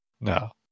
no